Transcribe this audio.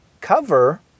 cover